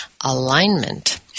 alignment